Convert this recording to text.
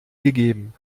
gegeben